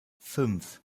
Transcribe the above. fünf